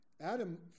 Adam